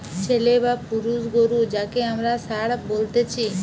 ছেলে বা পুরুষ গরু যাঁকে আমরা ষাঁড় বলতেছি